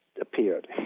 appeared